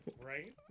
Right